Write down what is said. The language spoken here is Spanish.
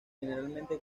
generalmente